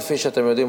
כפי שאתם יודעים,